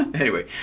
anyway,